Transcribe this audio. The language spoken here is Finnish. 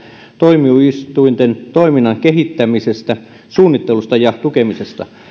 tuomioistuinten toiminnan kehittämisestä suunnittelusta ja tukemisesta